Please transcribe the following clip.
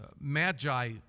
magi